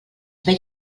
veia